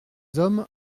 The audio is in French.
hommes